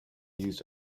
used